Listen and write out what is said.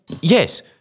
yes